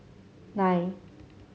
nine